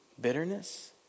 bitterness